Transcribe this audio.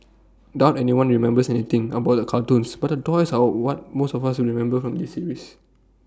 doubt anyone remembers anything about the cartoons but the toys are what most of us will remember from this series